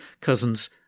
cousins